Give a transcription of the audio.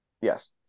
Yes